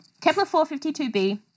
Kepler-452b